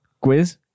quiz